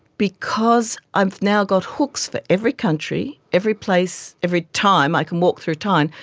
because i've now got hooks for every country, every place, every time, i can walk through time,